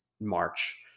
March